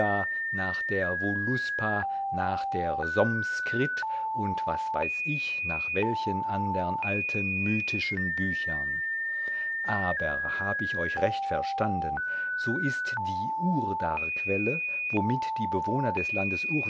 nach der voluspa nach der somskritt und was weiß ich nach welchen andern alten mythischen büchern aber hab ich euch recht verstanden so ist die urdarquelle womit die bewohner des landes